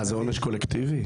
זה עונש קולקטיבי?